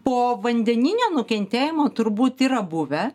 povandeninio nukentėjimo turbūt yra buvę